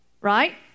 Right